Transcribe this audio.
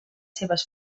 seves